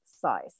size